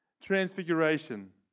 Transfiguration